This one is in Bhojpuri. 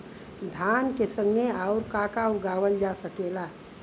धान के संगे आऊर का का उगावल जा सकेला?